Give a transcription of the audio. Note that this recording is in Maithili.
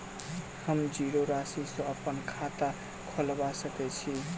हम जीरो राशि सँ अप्पन खाता खोलबा सकै छी?